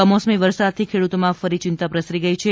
કમોસમી વરસાદથી ખેડૂતોમાં ફરી ચિંતા પ્રસરી ગઇ છે